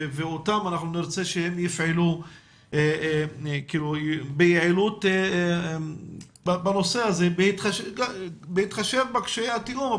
ואנחנו נרצה שהם יפעלו ביעילות בנושא הזה בהתחשב בקשיי התיאום,